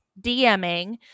DMing